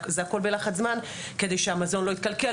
זה הכול בלחץ זמן כדי שהמזון לא יתקלקל,